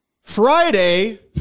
Friday